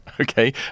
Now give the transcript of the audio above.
Okay